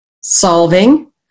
solving